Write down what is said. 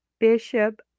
bishop